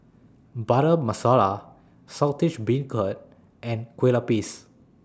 Butter Masala Saltish Beancurd and Kue Lupis